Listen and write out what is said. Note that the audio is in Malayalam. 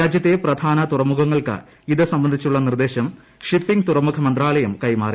രാജ്യത്തെ പ്രധാന തുറമുഖങ്ങൾക്ക് ഇത് സംബന്ധിച്ചുള്ള നിർദ്ദേശം ഷിപ്പിംഗ് തുറമുഖ മന്ത്രാലയം കൈമാറി